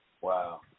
Wow